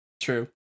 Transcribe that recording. True